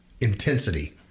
intensity